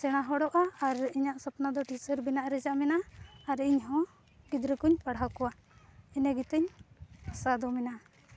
ᱥᱮᱬᱟ ᱦᱚᱲᱚᱜᱼᱟ ᱟᱨ ᱤᱧᱟᱹᱜ ᱥᱚᱯᱱᱚᱫᱚ ᱴᱤᱪᱟᱨ ᱵᱮᱱᱟᱜ ᱨᱮᱭᱟᱜ ᱢᱮᱱᱟᱜᱼᱟ ᱟᱨ ᱤᱧᱦᱚᱸ ᱜᱤᱫᱽᱨᱟᱹᱠᱚᱧ ᱯᱟᱲᱦᱟᱣ ᱠᱚᱣᱟ ᱤᱱᱟᱹᱜᱮᱛᱤᱧ ᱟᱥᱟᱫᱚ ᱢᱮᱱᱟᱜᱼᱟ